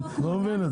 אני לא מבין את זה.